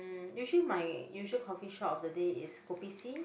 um usually my usual coffeeshop of the day is Kopi-C